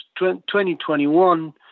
2021